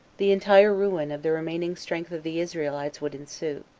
the entire ruin of the remaining strength of the israelites would ensue.